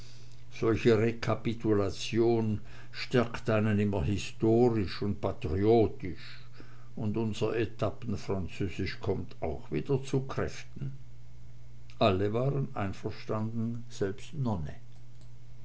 solche rekapitulation stärkt einen immer historisch und patriotisch und unser etappenfranzösisch kommt auch wieder zu kräften alle waren einverstanden selbst nonne